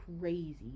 crazy